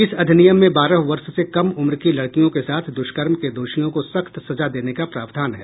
इस अधिनियम में बारह वर्ष से कम उम्र की लड़कियों के साथ दुष्कर्म के दोषियों को सख्त सजा देने का प्रावधान है